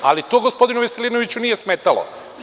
Ali to gospodinu Veselinoviću nije smetalo.